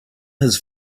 his